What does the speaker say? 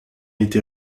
été